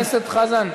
חבר הכנסת חזן,